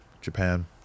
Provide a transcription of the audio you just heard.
Japan